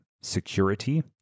security